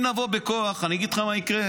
אם נבוא בכוח, אני אגיד לך מה יקרה: